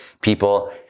people